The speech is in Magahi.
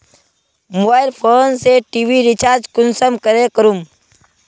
मोबाईल फोन से टी.वी रिचार्ज कुंसम करे करूम?